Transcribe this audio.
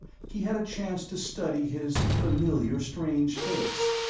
he had a chance to study his familiar-strange face.